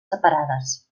separades